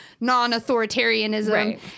non-authoritarianism